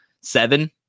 seven